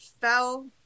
fell